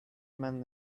among